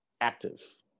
active